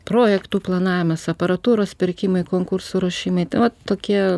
projektų planavimas aparatūros pirkimai konkursų ruošimai vat tokie